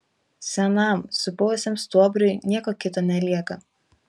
senam supuvusiam stuobriui nieko kito nelieka